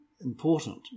important